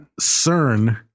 CERN